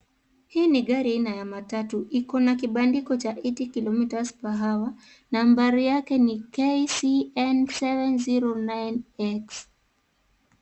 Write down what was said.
Hii ni gari aina ya matatu iko na kibandiko cha 80 km/hr nambari yake ni KCN709x